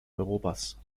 europas